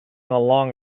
along